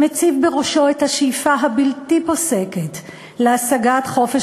שמציב בראשו את השאיפה הבלתי-פוסקת להשגת חופש